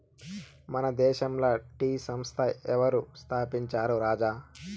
మన దేశంల టీ సంస్థ ఎవరు స్థాపించారు రాజా